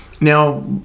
now